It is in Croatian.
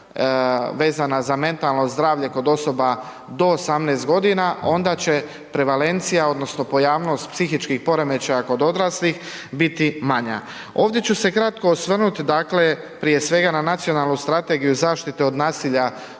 vezana za mentalno zdravlje kod osoba do 18.g. onda će prevalencija odnosno pojavnost psihičkih poremećaja kod odraslih biti manja. Ovdje ću se kratko osvrnut, dakle, prije svega na nacionalnu strategiju zaštite od nasilja